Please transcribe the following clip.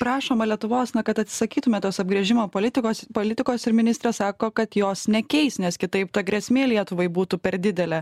prašoma lietuvos na kad atsisakytume tos apgręžimo politikos politikos ir ministrė sako kad jos nekeis nes kitaip ta grėsmė lietuvai būtų per didelė